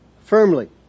firmly